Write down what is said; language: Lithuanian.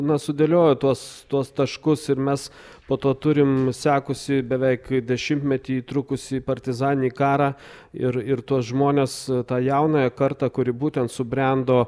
na sudėliojo tuos tuos taškus ir mes po to turim sekusį beveik dešimtmetį trukusį partizaninį karą ir ir tuos žmones tą jaunąją kartą kuri būtent subrendo